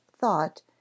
thought